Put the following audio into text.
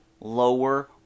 lower